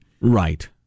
Right